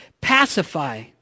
Pacify